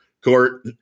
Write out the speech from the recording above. court